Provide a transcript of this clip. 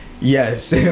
yes